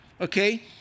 okay